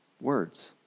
Words